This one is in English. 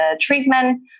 treatment